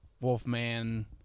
wolf-man-